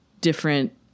different